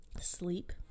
Sleep